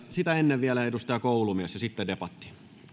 sitä ennen vielä edustaja koulumies sitten debatti